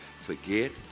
forget